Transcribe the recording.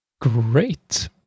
Great